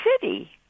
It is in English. city